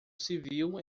civil